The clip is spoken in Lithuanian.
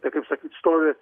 tai kaip sakyt stovi